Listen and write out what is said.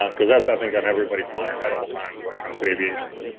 um because that's i think on everybody's mind at all times when it comes to aviation.